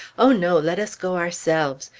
oh, no! let us go ourselves!